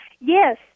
Yes